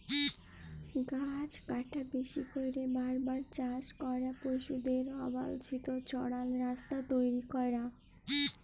গাহাচ কাটা, বেশি ক্যইরে বার বার চাষ ক্যরা, পশুদের অবাল্ছিত চরাল, রাস্তা তৈরি ক্যরা